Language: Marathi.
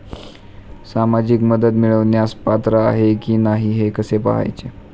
सामाजिक मदत मिळवण्यास पात्र आहे की नाही हे कसे पाहायचे?